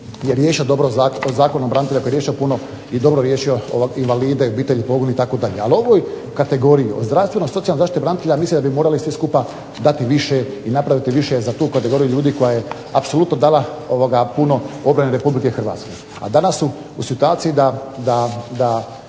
je riješio dobro Zakon o braniteljima koji je riješio puno i dobro riješio invalide, obitelji poginulih itd., ali ovoj kategoriji o zdravstvenoj i socijalnoj zaštiti branitelja mislim da bi morali svi skupa dati više i napraviti više za tu kategoriju ljudi koja je apsolutno dala puno obrani Republike Hrvatske, a danas su u situaciji da